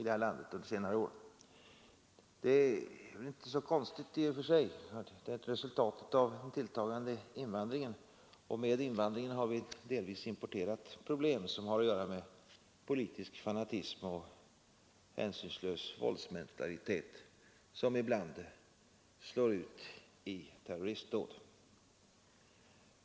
Det är väl i och för sig inte så konstigt att det är ett resultat av den tilltagande invandringen. Med invandringen har vi delvis importerat problem som har att göra med politisk fanatism och hänsynslös våldsmentalitet som ibland slår ut i terroristdåd.